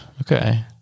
Okay